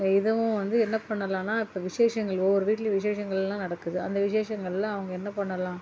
இதுவும் வந்து என்ன பண்ணலான்னா இப்போ விசேஷங்கள் ஒவ்வொரு வீட்லையும் விசேஷங்கள்லாம் நடக்குது அந்த விஷேசங்களில் அவங்க என்ன பண்ணலாம்